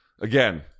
Again